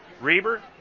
Reber